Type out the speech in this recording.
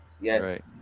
Yes